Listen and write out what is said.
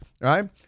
Right